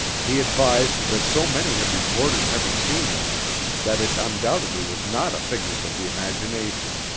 he advised that so many had reported having seen them that it undoubtedly was not a figment of the imagination.